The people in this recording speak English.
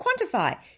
Quantify